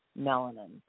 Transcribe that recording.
melanin